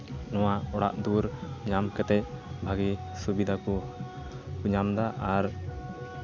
ᱱᱚᱣᱟ ᱚᱲᱟᱜ ᱫᱩᱣᱟᱹᱨ ᱧᱟᱢ ᱠᱟᱛᱮ ᱵᱷᱟᱜᱮ ᱥᱩᱵᱤᱫᱷᱟ ᱠᱚ ᱧᱟᱢᱫᱟ ᱟᱨ